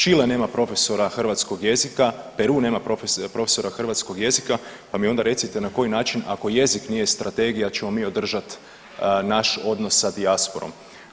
Chile nema profesora hrvatskog jezika, Peru nema profesora hrvatskog jezika, pa mi onda recite na koji način ako jezik nije strategija ćemo mi održati naš odnos sa dijasporom.